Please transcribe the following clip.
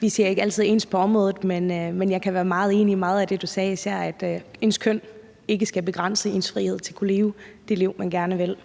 Vi ser ikke altid ens på området, men jeg kan være meget enig i meget af det, du sagde, især at ens køn ikke skal begrænse ens frihed til at kunne leve det liv, man gerne vil.